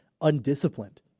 undisciplined